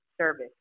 service